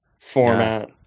format